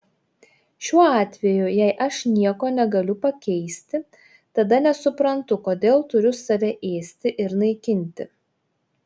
šiuo atveju jei aš nieko negaliu pakeisti tada nesuprantu kodėl turiu save ėsti ir naikinti